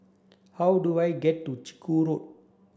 how do I get to Chiku Road